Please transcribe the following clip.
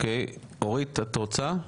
אורית, את רוצה לדבר?